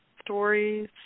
stories